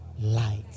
light